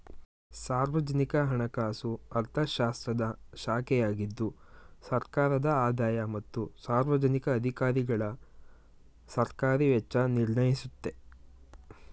ಸಾರ್ವಜನಿಕ ಹಣಕಾಸು ಅರ್ಥಶಾಸ್ತ್ರದ ಶಾಖೆಯಾಗಿದ್ದು ಸರ್ಕಾರದ ಆದಾಯ ಮತ್ತು ಸಾರ್ವಜನಿಕ ಅಧಿಕಾರಿಗಳಸರ್ಕಾರಿ ವೆಚ್ಚ ನಿರ್ಣಯಿಸುತ್ತೆ